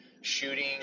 shooting